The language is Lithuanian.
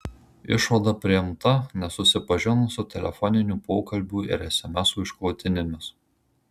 išvada priimta nesusipažinus su telefoninių pokalbių ir esemesų išklotinėmis